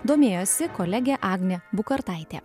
domėjosi kolegė agnė bukartaitė